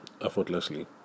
effortlessly